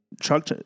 truck